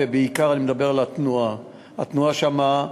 אני מדבר בעיקר על התנועה שם.